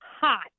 hot